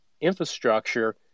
infrastructure